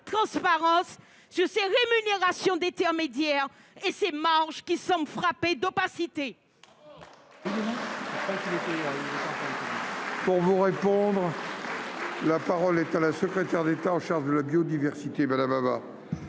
transparence sur ces rémunérations d'intermédiaires et ces marges qui semblent frappées d'opacité